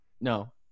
no